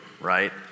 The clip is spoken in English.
right